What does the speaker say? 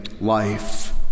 life